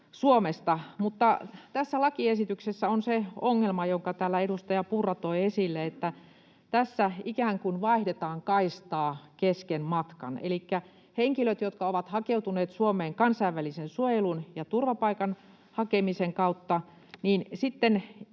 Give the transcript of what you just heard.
Suomesta. Mutta tässä lakiesityksessä on se ongelma, jonka täällä edustaja Purra toi esille, että tässä ikään kuin vaihdetaan kaistaa kesken matkan: elikkä henkilöt, jotka ovat hakeutuneet Suomeen kansainvälisen suojelun ja turvapaikan hakemisen kautta, niin sitten